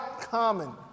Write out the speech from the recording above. common